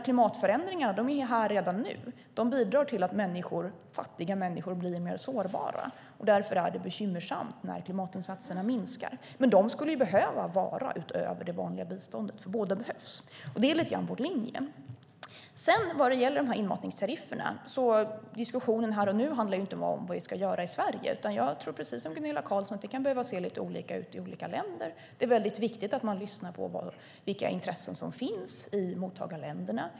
Klimatförändringarna är här redan nu och bidrar till att fattiga människor blir mer sårbara, och därför är det bekymmersamt när klimatinsatserna minskar. Dessa insatser skulle behöva vara utöver det vanliga biståndet, för båda behövs. Det är lite grann vår linje. Vad gäller inmatningstarifferna handlar diskussionen här och nu inte om vad vi ska göra i Sverige, utan jag tror, precis som Gunilla Carlsson, att det kan behöva se lite olika ut i olika länder. Det är väldigt viktigt att man lyssnar på vilka intressen som finns i mottagarländerna.